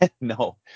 no